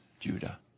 Judah